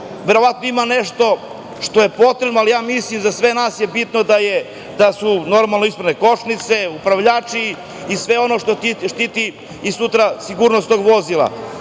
verovatno ima nešto što je potrebno, ali mislim da je za sve nas bitno da su ispravne košnice, upravljači i sve ono što štiti sutra sigurnost tog vozila.